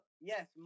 yes